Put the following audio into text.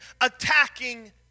attacking